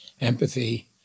empathy